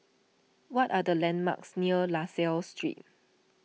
what are the landmarks near La Salle Street